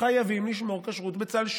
חייבים לשמור כשרות בצה"ל.